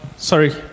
Sorry